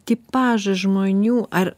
tipažą žmonių ar